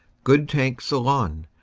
good tank ceylon.